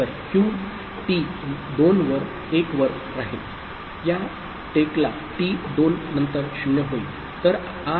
तर Q T 2 वर 1 वर राहील या टेकला टी 2 नंतर 0 होईल